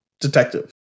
detective